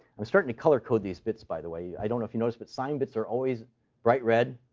i'm starting to color code these bits, by the way. i don't know if you noticed, but sign bits are always bright red.